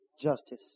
justice